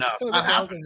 No